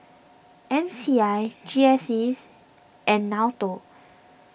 M C I G S sees and Nato